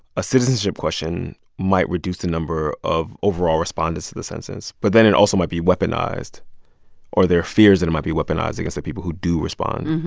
a citizenship question might reduce the number of overall respondents to the census. but then it also might be weaponized or there are fears that it might be weaponized against the people who do respond,